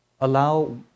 Allow